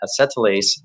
acetylase